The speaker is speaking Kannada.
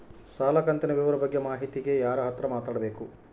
ಸಾಲ ಕಂತಿನ ವಿವರ ಬಗ್ಗೆ ಮಾಹಿತಿಗೆ ಯಾರ ಹತ್ರ ಮಾತಾಡಬೇಕು?